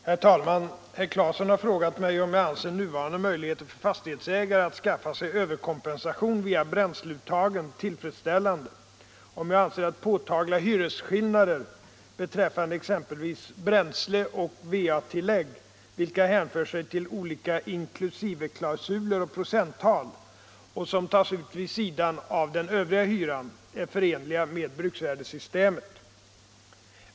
Herr talman! Herr Claeson har frågat mig om jag anser nuvarande möjligheter för fastighetsägare att skaffa sig överkompensation via bränsleuttagen tillfredsställande och om jag anser att påtagliga hyresskillnader beträffande exempelvis bränsle och va-tillägg, vilka hänför sig till olika inklusiveklausuler och procenttal och som tas ut vid sidan av den övriga hyran, är förenliga med bruksvärdessystemet.